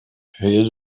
his